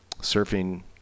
surfing